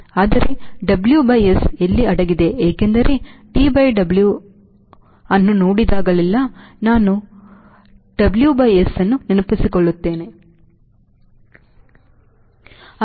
ಆದರೆ WS ಎಲ್ಲಿ ಅಡಗಿದೆ ಏಕೆಂದರೆ TW ಅನ್ನು ನೋಡಿದಾಗಲೆಲ್ಲಾ ನಾನು ಹೇಳಿದ್ದೇನೆಂದರೆ ಅಲ್ಲಿ WS